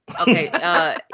Okay